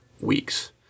weeks